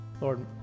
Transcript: Lord